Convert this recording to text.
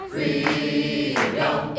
Freedom